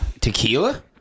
Tequila